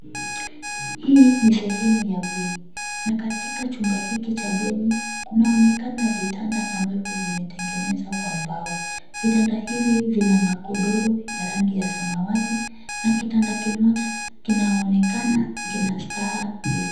Hii ni sehemu ya bweni. Na katika chumba hiki cha bweni kunaonekana vitanda ambavyo vimetengenezwa kwa mbao. Vitanda hivi vina magodoro ya rangi ya samawati na kitanda kimoja kinaonekana kina staha mbili.